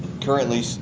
currently